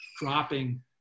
dropping